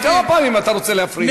כמה פעמים אתה רוצה להפריע?